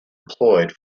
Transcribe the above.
employed